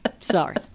Sorry